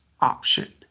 option